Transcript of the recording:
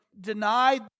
denied